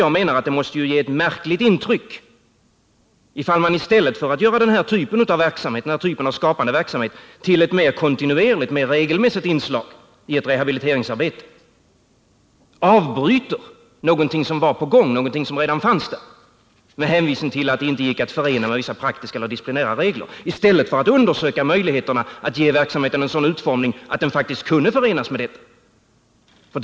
Jag menar att det måste ge ett märkligt intryck om man, i stället för att göra den här typen av skapande verksamhet till ett mer kontinuerligt, regelmässigt inslag i rehabiliteringsarbetet, avbryter någonting som redan fanns med hänvisning till att det inte gick att förena med vissa praktiska och disciplinära regler. Man borde kunna undersöka möjligheterna att ge verksamheten en sådan utformning att den faktiskt kunde förenas med dessa regler.